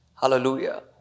Hallelujah